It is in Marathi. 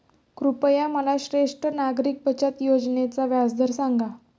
कृपया मला ज्येष्ठ नागरिक बचत योजनेचा व्याजदर सांगा